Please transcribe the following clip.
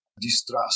distrust